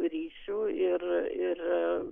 ryšių ir